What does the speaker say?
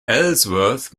ellsworth